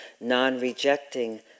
non-rejecting